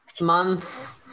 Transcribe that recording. month